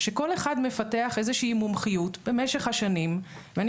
כל אחד מפתח איזושהי מומחיות במשך השנים ואני